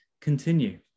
continue